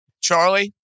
Charlie